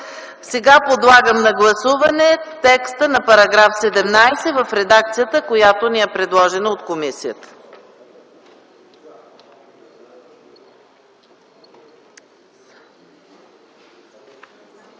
Сега подлагам на гласуване текста на § 17 в редакцията, която ни е предложена от комисията.